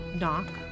knock